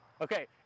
okay